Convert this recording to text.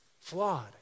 Flawed